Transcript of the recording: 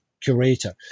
curator